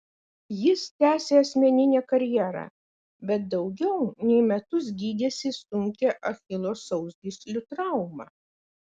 jis tęsė asmeninę karjerą bet daugiau nei metus gydėsi sunkią achilo sausgyslių traumą